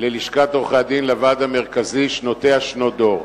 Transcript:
בלשכת עורכי-הדין לוועד המרכזי שנותיה שנות דור.